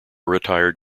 retired